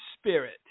Spirit